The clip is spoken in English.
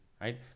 right